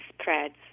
spreads